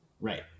Right